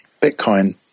Bitcoin